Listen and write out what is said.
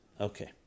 Okay